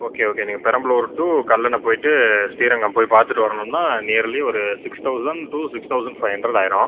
okay okay நீங்கள் Perambalur to Kallanai போய்ட்டு ஸ்ரீரங்கம் போய் பார்த்துட்டு வரணும்னா நியர்லி ஒரு six thousand to six thousand five hundred ஆகிடும்